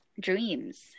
dreams